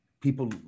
people